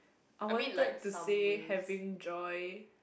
I wanted to say having joy